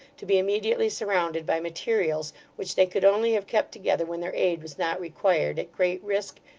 to be immediately surrounded by materials which they could only have kept together when their aid was not required, at great risk,